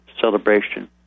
celebration